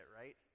right